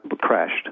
crashed